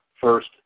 first